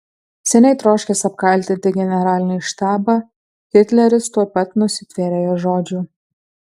seniai troškęs apkaltinti generalinį štabą hitleris tuoj pat nusitvėrė jo žodžių